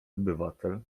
obywatel